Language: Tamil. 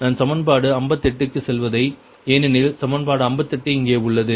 நான் சமன்பாடு 58 க்கு செல்வதில்லை ஏனெனில் சமன்பாடு 58 இங்கே உள்ளது